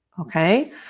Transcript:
Okay